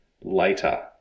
later